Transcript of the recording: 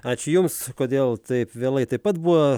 ačiū jums kodėl taip vėlai taip pat buvo